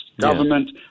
government